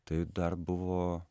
tai dar buvo